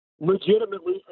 Legitimately